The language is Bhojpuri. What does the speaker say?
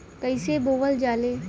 कईसे बोवल जाले?